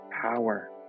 power